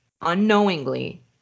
unknowingly